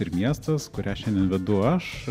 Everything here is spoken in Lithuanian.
ir miestas kurią šiandien vedu aš